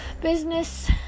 business